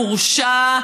הורשע,